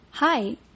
Hi